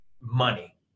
money